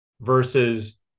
versus